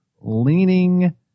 leaning